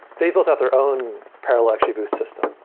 they built out their own parallel xgboost system.